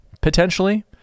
potentially